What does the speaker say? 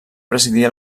presidir